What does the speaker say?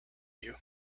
you